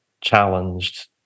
challenged